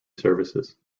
services